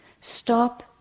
Stop